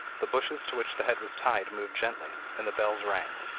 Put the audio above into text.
the bushes to which the head was tied moved gently, and the bells rang.